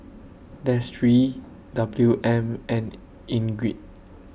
Destry Wm and Ingrid